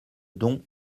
don